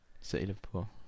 City-Liverpool